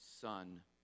son